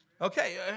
Okay